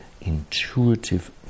intuitive